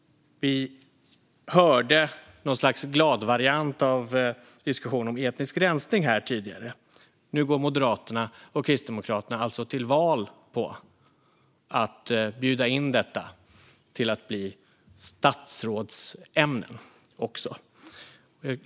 Vi hörde något slags gladvariant av en diskussion om etnisk rensning tidigare, och nu går Moderaterna och Kristdemokraterna alltså till val på att bjuda in dessa företrädare att bli statsrådsämnen också.